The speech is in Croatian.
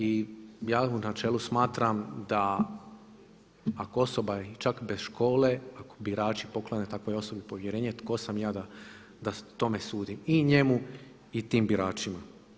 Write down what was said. I ja u načelu smatram da ako osoba je čak i bez škole, ako birači poklone takvoj osobi povjerenje tko sam ja da tome sudim i njemu i tim biračima.